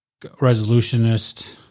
resolutionist